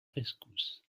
rescousse